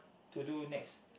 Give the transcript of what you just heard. to do next